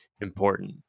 important